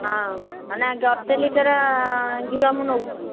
ହଁ ଅନା ଗୋଟେ ଲିଟର୍ ଘିଅ ମୁଁ ନେଉଛି